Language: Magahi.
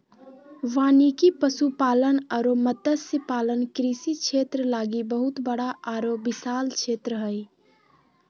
वानिकी, पशुपालन अरो मत्स्य पालन कृषि क्षेत्र लागी बहुत बड़ा आरो विशाल क्षेत्र हइ